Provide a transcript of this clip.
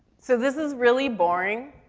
so this is really boring,